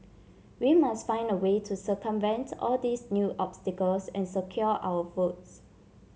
we must find a way to circumvent all these new obstacles and secure our votes